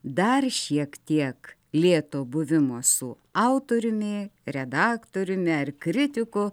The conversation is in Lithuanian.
dar šiek tiek lėto buvimo su autoriumi redaktoriumi ar kritiku